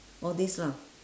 all these lah